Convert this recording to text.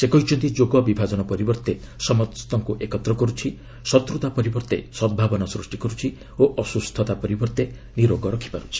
ସେ କହିଛନ୍ତି ଯୋଗ ବିଭାଜନ ପରିବର୍ତ୍ତେ ସମସ୍ତଙ୍କୁ ଏକତ୍ର କରୁଛି ଶତ୍ରତା ପରିବର୍ତ୍ତେ ସଦ୍ଭାବନା ସୃଷ୍ଟି କରୁଛି ଓ ଅସ୍କୁସ୍ଥତା ପରିବର୍ତ୍ତେ ନିରୋଗ ରଖିପାରୁଛି